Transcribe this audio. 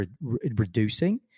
reducing